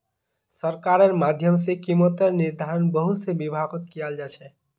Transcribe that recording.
सरकारेर माध्यम से कीमतेर निर्धारण बहुत से विभागत कियाल जा छे